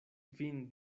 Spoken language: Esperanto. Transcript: vin